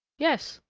yes,